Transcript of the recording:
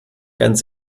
ganz